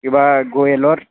কিবা গোৱেলৰ